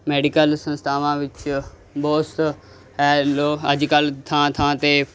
medical ਸੰਸਥਾਵਾਂ ਵਿੱਚ ਬਹੁਤ ਅੱਜ ਕੱਲ੍ਹ ਥਾਂ ਥਾਂ 'ਤੇ